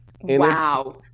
Wow